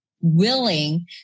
willing